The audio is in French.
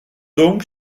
donc